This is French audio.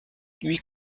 huit